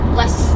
less